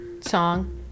song